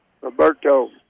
Roberto